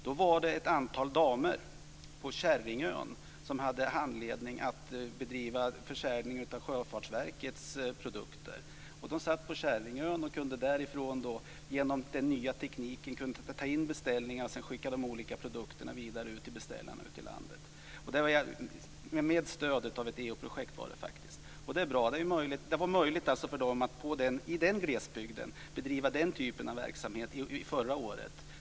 Det var ett antal damer på Kärringön som hade anledning att bedriva försäljning av Sjöfartsverkets produkter. De satt på Kärringön och kunde därifrån, genom den nya tekniken, ta in beställningar för att sedan skicka de olika produkterna vidare till beställarna ute i landet. Det skedde faktiskt med stöd av ett EU-projekt, vilket var bra. Det var alltså möjligt för dem att i den glesbygden bedriva den typen av verksamhet förra året.